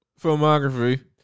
filmography